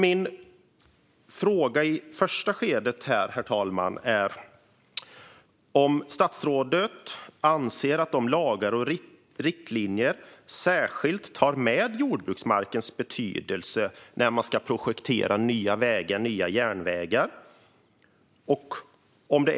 Min fråga i första skedet är om statsrådet anser att lagar och riktlinjer särskilt tar hänsyn till jordbruksmarkens betydelse när man ska projektera nya vägar och järnvägar.